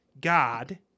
God